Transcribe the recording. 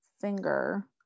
finger